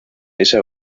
esa